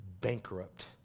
bankrupt